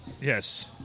Yes